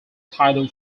title